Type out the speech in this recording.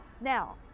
Now